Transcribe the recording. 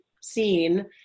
seen